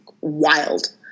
wild